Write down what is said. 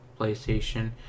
PlayStation